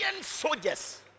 soldiers